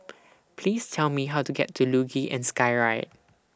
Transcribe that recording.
Please Tell Me How to get to Luge and Skyride